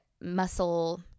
muscle